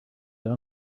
done